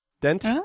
dent